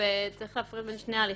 צריך להפריד בין שני הליכים,